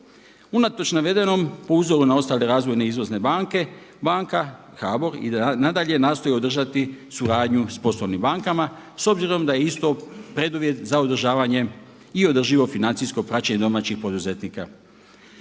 unatoč navedenom po uzoru na ostale razvojne i izvozne banke, banka HBOR i nadalje nastoji održati suradnju s poslovnim bankama s obzirom da je isto preduvjet za održavanjem i održivo financijsko praćenje domaćih poduzetnika.